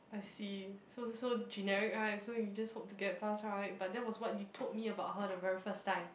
I see so so generic right so you just hope to get pass right but that was what you told me about her the very first time